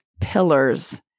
pillars